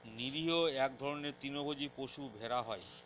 নিরীহ এক ধরনের তৃণভোজী পশু ভেড়া হয়